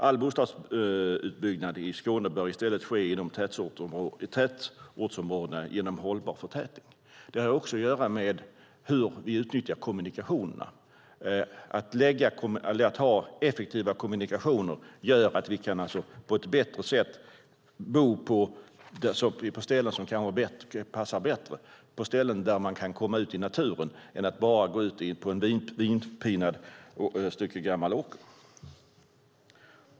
All bostadsutbyggnad i Skåne bör istället ske inom tätortsområdena genom hållbar förtätning." Det har också att göra med hur vi utnyttjar kommunikationerna. Att ha effektiva kommunikationer innebär att vi på ett bättre sätt kan bo på ställen som kan passa bättre, på ställen där man kan komma ut i naturen på annat sätt än att bara gå ut på ett stycke vindpinad gammal åker.